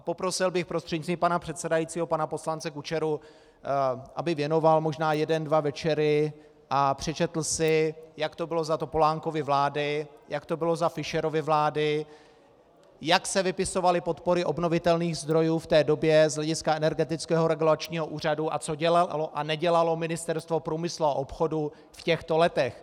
Poprosil bych prostřednictvím pana předsedajícího pana poslance Kučeru, aby věnoval možná jeden dva večery a přečetl si, jak to bylo za Topolánkovy vlády, jak to bylo za Fischerovy vlády, jak se vypisovaly podpory obnovitelných zdrojů v té době z hlediska Energetického regulačního úřadu a co dělalo a nedělalo Ministerstvo průmyslu a obchodu v těchto letech.